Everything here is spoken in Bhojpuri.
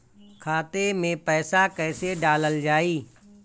खाते मे पैसा कैसे डालल जाई?